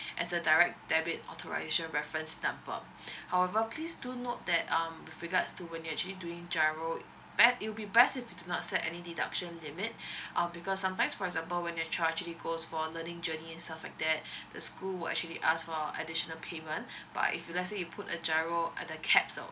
as a direct debit authorisation reference however please do note that um with regards to when you actually doing G_I_R_O best it will be best if you do not set any deduction limit uh because sometimes for example when they charge that he goes for learning journeys and stuff like that the school will actually ask for additional payment but if let's say you put a G_I_R_O uh the caps